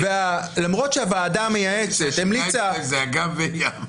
למרות שהוועדה המייעצת המליצה ------ זה אגם וים.